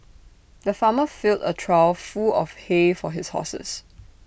the farmer filled A trough full of hay for his horses